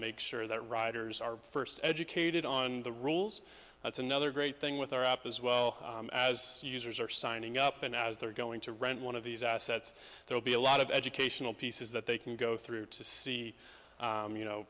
make sure that riders are first educated on the rules that's another great thing with our app as well as users are signing up and as they're going to rent one of these assets there'll be a lot of educational pieces that they can go through to see you know